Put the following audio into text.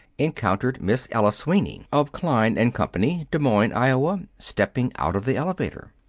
encountered miss ella sweeney, of klein and company, des moines, iowa, stepping out of the elevator.